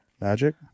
Magic